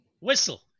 whistle